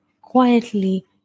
quietly